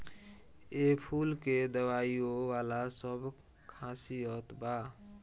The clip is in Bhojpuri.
एह फूल में दवाईयो वाला सब खासियत बा